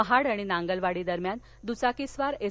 महाड आणि नांगलवाडी दरम्यान दुचाकीस्वार एस